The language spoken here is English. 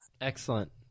Excellent